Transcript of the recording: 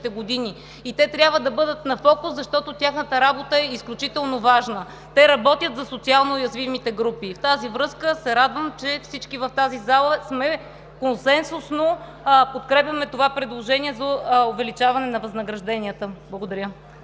години и те трябва да бъдат на фокус, защото тяхната работа е изключително важна. Те работят за социално уязвимите групи. И в тази връзка се радвам, че всички в тази зала консенсусно подкрепяме това предложение за увеличаване на възнагражденията. Благодаря.